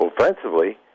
offensively